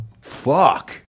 Fuck